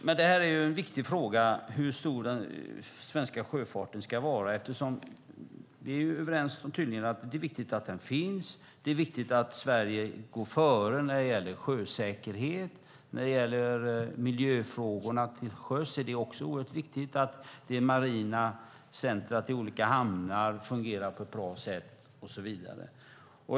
Herr talman! Det är en viktig fråga hur stor den svenska sjöfarten ska vara. Vi är tydligen överens om att det är viktigt att den finns och att det är viktigt att Sverige går före när det gäller sjösäkerhet. När det gäller miljöfrågorna till sjöss är det också oerhört viktigt att det marina centrumet i olika hamnar fungerar på ett bra sätt och så vidare.